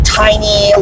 tiny